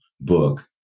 book